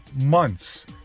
months